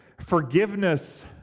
forgiveness